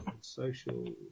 Social